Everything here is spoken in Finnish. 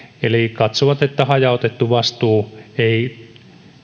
eli he katsovat että hajautettu vastuu ei